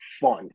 fun